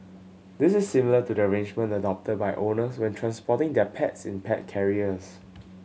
this is similar to the arrangement adopted by owners when transporting their pets in pet carriers